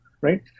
right